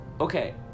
Okay